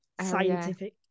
scientific